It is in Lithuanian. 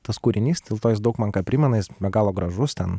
tas kūrinys dėl to jis daug man ką primena jis be galo gražus ten